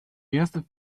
erste